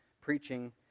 preaching